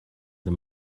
the